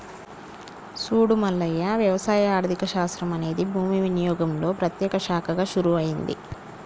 సూడు మల్లయ్య వ్యవసాయ ఆర్థిక శాస్త్రం అనేది భూమి వినియోగంలో ప్రత్యేక శాఖగా షురూ అయింది